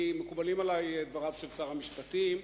מקובלים עלי דבריו של שר המשפטים,